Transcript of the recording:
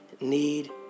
need